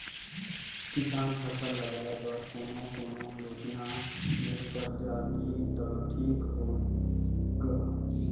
किसान फसल लगाय बर कोने कोने योजना ले कर्जा लिही त ठीक होही ग?